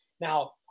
Now